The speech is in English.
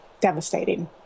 devastating